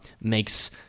makes